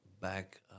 back